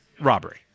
robbery